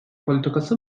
politikası